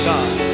God